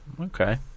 Okay